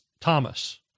Thomas